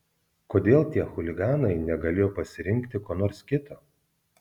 kodėl tie chuliganai negalėjo pasirinkti ko nors kito